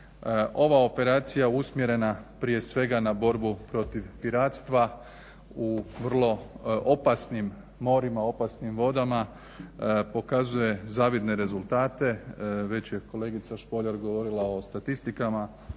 Ova operacija usmjerena prije svega na borbu protiv piratstva u vrlo opasnim morima, opasnim vodama, pokazuje zavidne rezultate, već je kolegica Špoljar govorila o statistikama